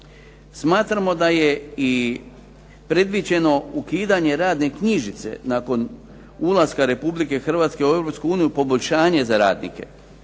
Smatramo da je i predviđeno ukidanje radne knjižice nakon ulaska Republike Hrvatske u Europsku uniju poboljšanje za radnike.